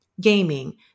gaming